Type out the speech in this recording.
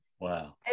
wow